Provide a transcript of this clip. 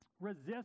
Resist